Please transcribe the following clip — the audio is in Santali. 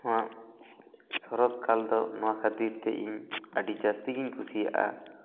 ᱱᱚᱣᱟ ᱥᱚᱨᱚᱫᱽ ᱠᱟᱞ ᱫᱚ ᱱᱚᱣᱟ ᱠᱷᱟᱹᱛᱤᱨ ᱛᱮ ᱤᱧ ᱟᱹᱰᱤ ᱡᱟᱹᱥᱛᱤ ᱜᱮᱧ ᱠᱩᱥᱤᱭᱟᱜᱼᱟ